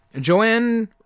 Joanne